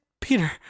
Peter